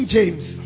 James